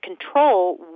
control